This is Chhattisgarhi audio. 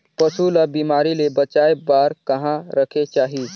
पशु ला बिमारी ले बचाय बार कहा रखे चाही?